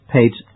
Page